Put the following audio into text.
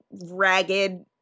ragged